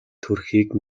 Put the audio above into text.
төрхийг